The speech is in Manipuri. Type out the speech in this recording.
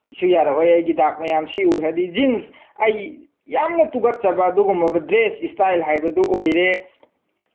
ꯁꯨ ꯌꯥꯔꯛꯑꯣꯏ ꯑꯩꯒꯤ ꯗꯥꯛ ꯃꯌꯥꯝꯁꯤ ꯎꯈ꯭ꯔꯗꯤ ꯖꯤꯟꯁ ꯑꯩ ꯌꯥꯝꯅ ꯇꯨꯀꯠꯆꯕ ꯑꯗꯨꯒꯨꯝꯂꯕ ꯗ꯭ꯔꯦꯁ ꯏꯁꯇꯥꯏꯜ ꯍꯥꯏꯕꯗꯨ ꯑꯣꯏꯔꯦ